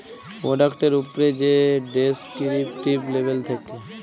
পরডাক্টের উপ্রে যে ডেসকিরিপ্টিভ লেবেল থ্যাকে